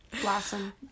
Blossom